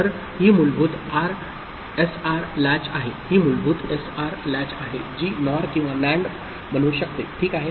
तर ही मूलभूत एसआर लॅच आहे जी NOR किंवा NAND बनू शकते ठीक आहे